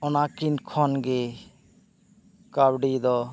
ᱚᱱᱟᱠᱤᱱ ᱠᱷᱚᱱ ᱜᱮ ᱠᱟᱹᱣᱰᱤ ᱫᱚ